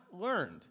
learned